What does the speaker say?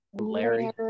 Larry